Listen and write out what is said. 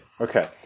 Okay